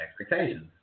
expectations